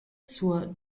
zur